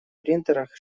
принтерах